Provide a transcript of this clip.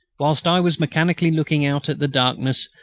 whilst i was mechanically looking out at the darkness,